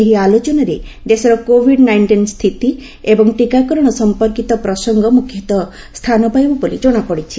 ଏହି ଆଲୋଚନାରେ ଦେଶର କୋଭିଡ୍ ନାଇଷ୍ଟିନ୍ ସ୍ଥିତି ଏବଂ ଟିକାକରଣ ସଂପର୍କିତ ପ୍ରସଙ୍ଗ ମୁଖ୍ୟତଃ ସ୍ଥାନ ପାଇବ ବୋଲି ଜଣାପଡ଼ି ଛି